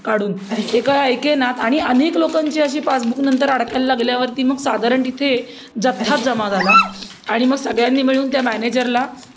काढून ते काय ऐकेनात आणि अनेक लोकांची अशी पासबुक नंतर अडकायला लागल्यावरती मग साधारण तिथे जथाच जमा झाला आणि मग सगळ्यांनी मिळून त्या मॅनेजरला